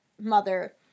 mother